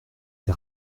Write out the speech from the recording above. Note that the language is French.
été